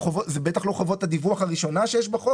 זה בטח לא חובת הדיווח הראשונה שיש בחוק